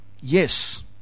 Yes